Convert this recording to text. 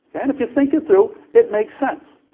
and if you think it through, it makes sense,